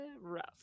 rough